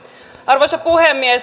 arvoisa puhemies